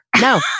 No